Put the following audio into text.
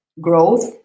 growth